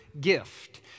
gift